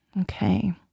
Okay